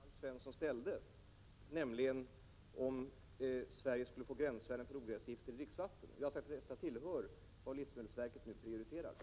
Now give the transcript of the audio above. Herr talman! Jag har just svarat på den fråga som Alf Svensson ställt, nämligen om Sverige skulle få gränsvärden för ogräsgifter i dricksvatten. Jag sade att detta tillhör det som livsmedelsverket nu prioriterar.